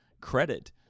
credit